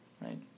right